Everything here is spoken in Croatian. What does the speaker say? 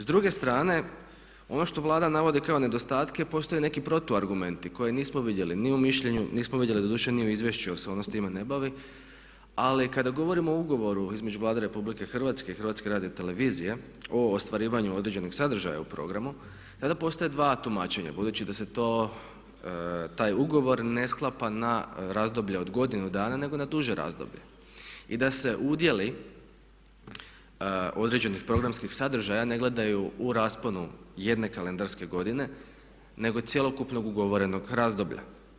S druge strane ono što Vlada navodi kao nedostatke postoji neki protu argumenti koje nismo vidjeli ni u mišljenju nismo vidjeli doduše ni u izvješću jer se ono s time ne bavi ali kada govorimo o ugovoru između Vlade RH i HRT-a o ostvarivanju određenih sadržaja u programu tada postoje dva tumačenja budući da se taj ugovor ne sklapa na razdoblje od godinu dana nego na duže razdoblje i da se udjeli određenih programskih sadržaja ne gledaju u rasponu jedne kalendarske godine nego cjelokupnog ugovorenog razdoblja.